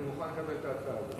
אני מוכן לקבל את ההצעה הזאת.